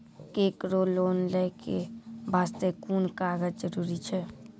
केकरो लोन लै के बास्ते कुन कागज जरूरी छै?